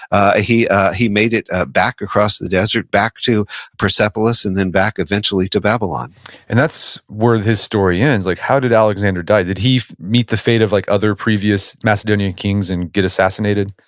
ah he he made it ah back across the desert back to persepolis, and then back eventually to babylon and that's where his story ends. like how did alexander die? did he meet the fate of like other previous macedonian kings and get assassinated?